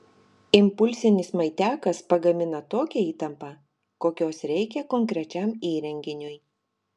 impulsinis maitiakas pagamina tokią įtampą kokios reikia konkrečiam įrenginiui